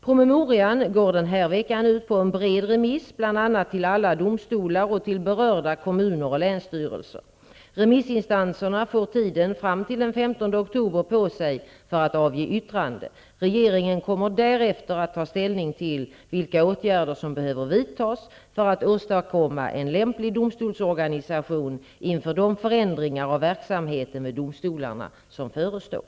Promemorian går den här veckan ut på en bred remiss, bl.a. till alla domstolar och till berörda kommuner och länsstyrelser. Remissinstanserna får tiden fram till den 15 oktober på sig för att avge yttrande. Regeringen kommer därefter att ta ställning till vilka åtgärder som behöver vidtas för att åstadkomma en lämplig domstolsorganisation inför de förändringar av verksamheten vid domstolarna som förestår.